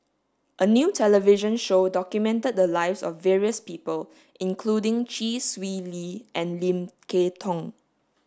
a new television show documented the lives of various people including Chee Swee Lee and Lim Kay Tong